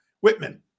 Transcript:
whitman